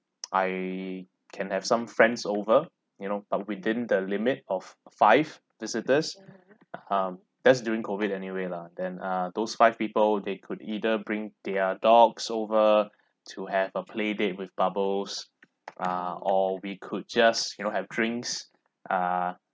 I can have some friends over you know but within the limit of five visitors um that's during COVID anyway lah then uh those five people they could either bring their dogs over to have a play date with bubbles uh or we could just you know have drinks ah